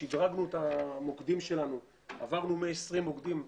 שדרגנו את המוקדים שלנו, עברנו מ-20 מוקדים.